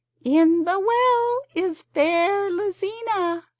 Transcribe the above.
in the well is fair lizina,